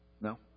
No